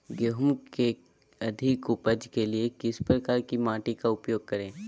गेंहू की अधिक उपज के लिए किस प्रकार की मिट्टी का उपयोग करे?